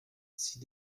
six